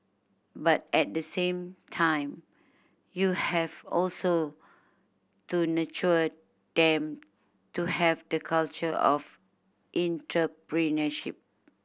but at the same time you have also to nurture them to have the culture of entrepreneurship